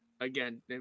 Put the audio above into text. again